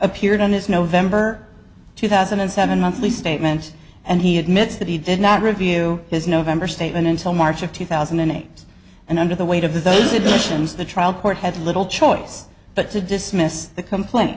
appeared on his november two thousand and seven monthly statement and he admits that he did not review his november statement until march of two thousand and eight and under the weight of the aid to the asians the trial court had little choice but to dismiss the complaint